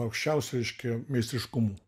aukščiausiu reiškia meistriškumu